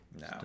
No